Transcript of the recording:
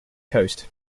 coast